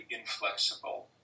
inflexible